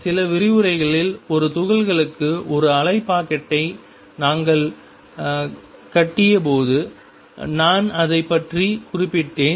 சில விரிவுரைகளில் ஒரு துகள்களுக்கு ஒரு அலை பாக்கெட்டை நாங்கள் கட்டியபோது நான் அதைப் பற்றி குறிப்பிட்டேன்